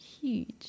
huge